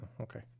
Okay